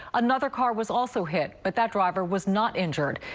another car was also hit, but that driver was not injured.